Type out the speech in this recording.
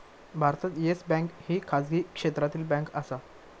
भारतात Yes Bank ही खाजगी क्षेत्रातली बँक आसा